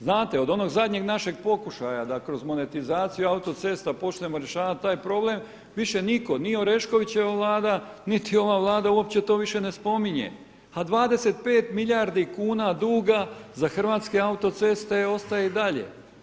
Znate od onog zadnjeg našeg pokušaja da kroz monetizaciju autocesta počnemo rješavati taj problem više nitko, ni Oreškovićeva Vlada, niti ova Vlada uopće više to ne spominje, a 25 milijardi kuna duga za Hrvatske autoceste ostaje i dalje.